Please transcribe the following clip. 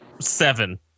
seven